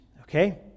Okay